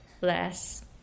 less